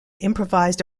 improvised